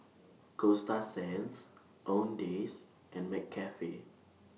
Coasta Sands Owndays and McCafe